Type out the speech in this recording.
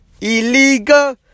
illegal